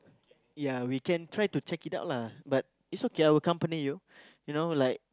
ya we can try to check it out lah but it's okay I'll accompany you you know like